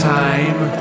time